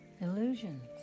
Illusions